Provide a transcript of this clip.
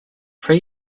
pre